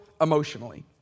emotionally